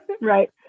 Right